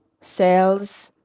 sales